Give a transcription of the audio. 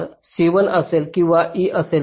तर c 1 असेल किंवा e असेल